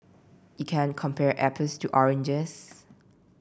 you can't compare apples to oranges